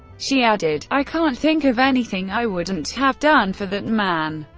she added i can't think of anything i wouldn't have done for that man.